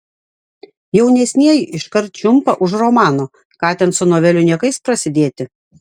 jaunesnieji iškart čiumpa už romano ką ten su novelių niekais prasidėti